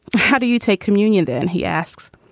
how do you take communion? then he asks.